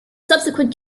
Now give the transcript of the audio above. subsequent